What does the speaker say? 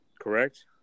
Correct